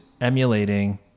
emulating